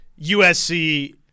USC